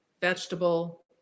vegetable